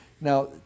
Now